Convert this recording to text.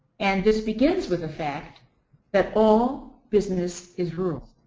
and this begins with the fact that all business is rural.